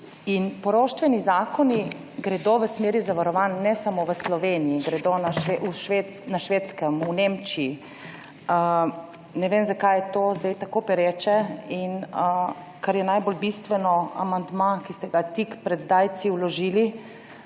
Poroštveni zakoni gredo v smeri zavarovanj ne samo v Sloveniji, tudi na Švedskem, v Nemčiji. Ne vem, zakaj je to zdaj tako pereče. Kar pa je najbolj bistveno, amandma, ki ste ga tik pred zdajci vložili